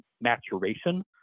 maturation